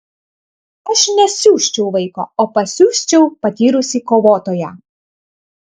aš nesiųsčiau vaiko o pasiųsčiau patyrusį kovotoją